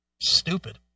Stupid